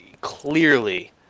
clearly